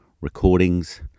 Recordings